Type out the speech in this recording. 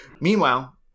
Meanwhile